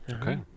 okay